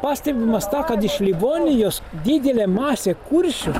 pastebimas tą kad iš livonijos didelė masė kuršių